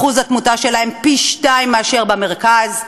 אחוז התמותה שלהם הוא פי-שניים מאשר במרכז?